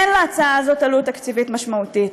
אין להצעה הזאת עלות תקציבית משמעותית.